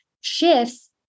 shifts